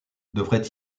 devrait